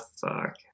Fuck